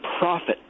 profit